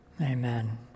Amen